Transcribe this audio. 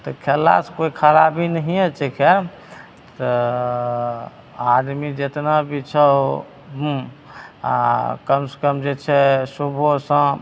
तऽ खेललासे कोइ खराबी नहिए छिकै तऽ आदमी जतनाभी छहो हुँ आओर कमसे कम जे छै सुबहो शाम